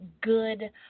good